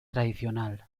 tradicional